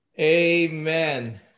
Amen